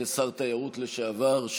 כשר התיירות לשעבר,